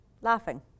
laughing